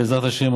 בעזרת השם,